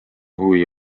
huvi